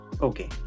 okay